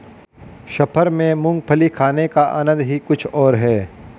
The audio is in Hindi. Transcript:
सफर में मूंगफली खाने का आनंद ही कुछ और है